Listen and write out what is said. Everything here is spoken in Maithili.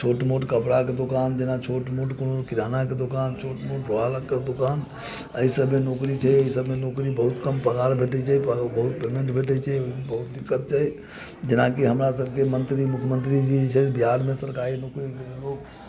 छोट मोट कपड़ाके दोकान जेना छोट मोट कोनो किरानाके दोकान छोट मोट लोहा लक्कड़के दोकान एहि सभमे नौकरी छै एहि सभमे नौकरी बहुत कम पगार भेटैत छै बहुत कम पेमेंट भेटैत छै बहुत दिक्कत छै जेनाकि हमरासभके मंत्री मुख्यमंत्री जी जे छथि बिहारमे सरकारी नौकरी लेल लोक